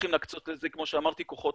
צריכים להקצות לזה, כמו שאמרתי, כוחות